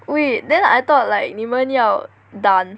wait then I thought like 你们要 done